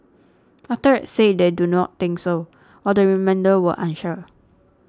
a third said they do not think so while the remainder were unsure